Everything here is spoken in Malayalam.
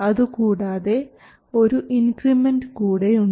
അതുകൂടാതെ ഒരു ഇൻക്രിമെൻറ് കൂടെ ഉണ്ട്